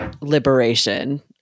liberation